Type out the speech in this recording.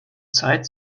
zeit